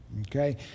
okay